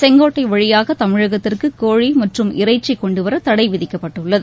செங்கோட்டை வழியாக தமிழகத்திற்கு கோழி மற்றும் இறைச்சி கொண்டுவர தடை விதிக்கப்பட்டுள்ளது